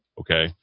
Okay